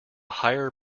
hire